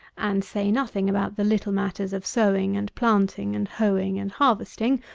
and say nothing about the little matters of sowing and planting and hoeing and harvesting,